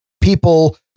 people